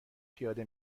پیاده